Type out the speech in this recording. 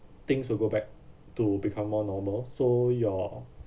things will go back to become more normal so your